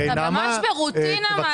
אתה ממש ברוטינה.